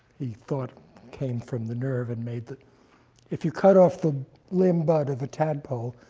he thought came from the nerve and made the if you cut off the limb bud of a tadpole,